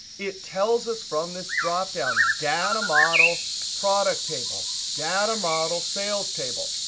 it tells us from this dropdown data model product table, data model sales table.